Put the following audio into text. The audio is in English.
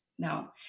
No